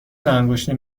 لاانگشتی